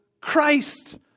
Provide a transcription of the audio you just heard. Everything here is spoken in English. Christ